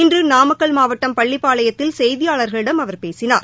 இன்றுநாமக்கல் மாவட்டம் பள்ளிப்பாளையத்தில் செய்தியாளர்களிடம் அவர் பேசினார்